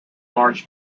large